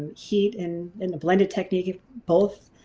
heat and in a blended technique both.